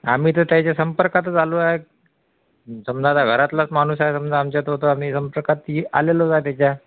आम्ही तर त्याच्या संपर्कातच आलो आहे समजा आता घरातलाच माणूस आहे समजा आमच्या तो तर आम्ही संपर्कात आलेलोच आहे त्याच्या